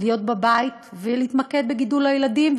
להיות בבית ולהתמקד בגידול הילדים,